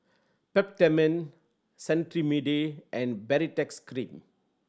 Peptamen Cetrimide and Baritex Cream